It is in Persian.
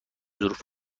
ظروف